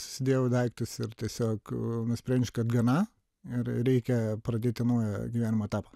susidėjau daiktus ir tiesiog nusprendžiau kad gana ir reikia pradėti naują gyvenimo etapą